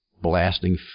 blasting